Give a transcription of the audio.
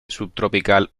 subtropical